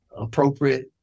appropriate